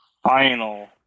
Final